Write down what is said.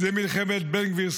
זו מלחמת בן גביר,